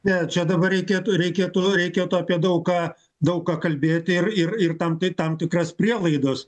ne čia dabar reikėtų reikėtų reikėtų apie daug ką daug ką kalbėti ir ir ir tam tai tam tikras prielaidas